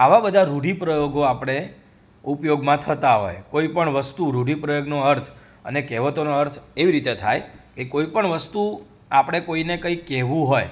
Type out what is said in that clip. આવા બધા રૂઢિપ્રયોગો આપણે ઉપયોગમાં થતાં હોય કોઈ પણ વસ્તુ રૂઢિપ્રયોગનો અર્થ અને કહેવતોનો અર્થ એવી રીતે થાય કોઈપણ વસ્તુ આપણે કોઈને કંઈ કહેવું હોય